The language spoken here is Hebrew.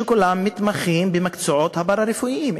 שכולם מתמחים במקצועות הפארה-רפואיים,